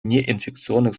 неинфекционных